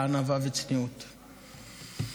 לענווה וצניעות: